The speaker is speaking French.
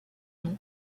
nom